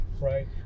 Right